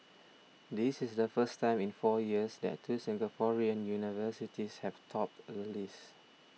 this is the first time in four years that two Singaporean universities have topped the list